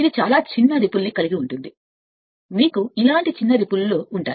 ఇది చాలా చిన్న అలలని కలిగి ఉంటుంది మీకు ఇలాంటి చిన్న అలలు తెలుసు